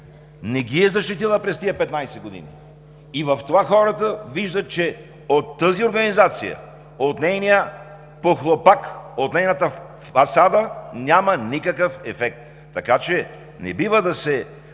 не ги е защитила през тези 15 години. В това хората виждат, че от тази организация, от нейния похлупак, от нейната фасада няма никакъв ефект, така че не бива да се